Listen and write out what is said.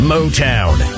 Motown